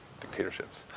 dictatorships